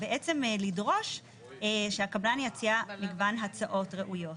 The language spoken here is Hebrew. בעצם לדרוש שהקבלן יציע מגוון הצעות ראויות.